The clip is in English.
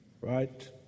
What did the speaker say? right